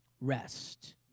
Rest